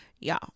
y'all